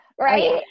right